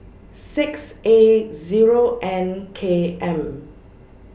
six A Zero N K M